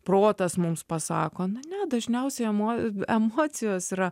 protas mums pasako na ne dažniausiai emo emocijos yra